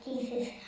Jesus